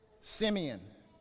Simeon